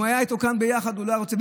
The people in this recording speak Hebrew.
אם הוא היה איתו כאן ביחד, הוא לא היה רוצה.